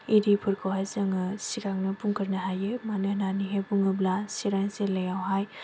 आरि फोरखौहाय जों सिगांनो बुंग्रोनो हायो मानो होननानैहाय बुङोब्ला चिरां जिल्लायावहाय